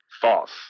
False